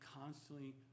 constantly